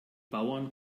bauern